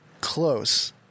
close